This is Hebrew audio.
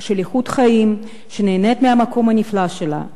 של איכות חיים, שנהנית מהמקום הנפלא שלה.